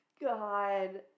God